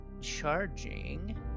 charging